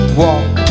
walk